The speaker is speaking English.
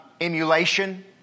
emulation